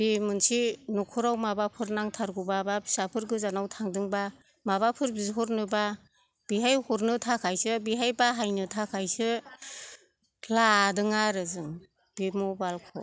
बे मोनसे नखराव माबाफोर नांथारगौब्ला बा फिसाफोर गोजानाव थांदोंब्ला माबाफोर बिहरनोबा बेहाय हरनो थाखायसो बेहाय बाहायनो थाखायसो लादों आरो जों बे मबाइलखौ